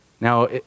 Now